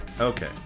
Okay